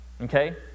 Okay